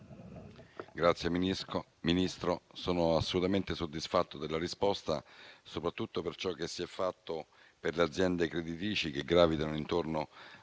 Signor Ministro, sono assolutamente soddisfatto della sua risposta, soprattutto per ciò che si è fatto per le aziende creditrici che gravitano intorno